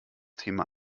thema